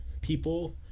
people